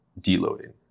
deloading